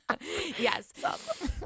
Yes